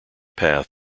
path